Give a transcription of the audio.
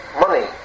money